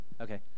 Okay